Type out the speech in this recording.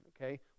okay